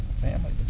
family